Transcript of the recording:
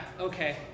okay